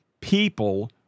people